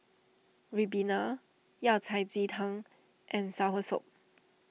Ribena Yao Cai Ji Tang and Soursop